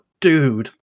Dude